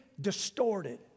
Distorted